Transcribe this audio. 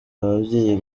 ababyeyi